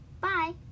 bye